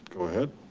go ahead.